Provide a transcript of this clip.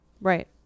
Right